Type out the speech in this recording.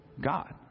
God